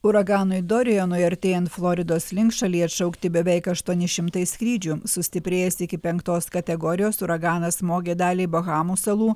uraganui dorianui artėjant floridos link šalyje atšaukti beveik aštuoni šimtai skrydžių sustiprėjęs iki penktos kategorijos uraganas smogė daliai bahamų salų